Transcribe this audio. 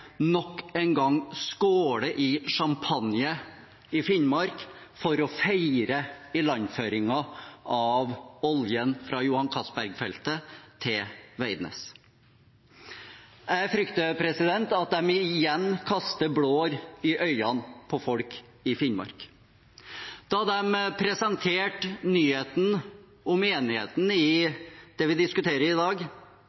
nok en gang skåle i champagne i Finnmark for å feire ilandføringen av oljen fra Johan Castberg-feltet til Veidnes. Jeg frykter at de igjen kaster blår i øynene på folk i Finnmark. Da de presenterte nyheten om enigheten i